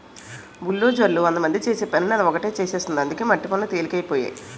బుల్డోజర్లు వందమంది చేసే పనిని అది ఒకటే చేసేస్తుంది అందుకే మట్టి పనులు తెలికైపోనాయి